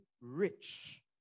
rich